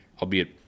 albeit